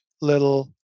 little